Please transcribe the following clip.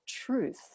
truth